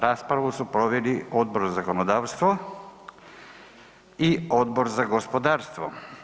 Raspravu su proveli Odbor za zakonodavstvo i Odbor za gospodarstvo.